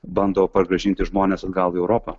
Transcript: bando pargrąžinti žmones atgal į europą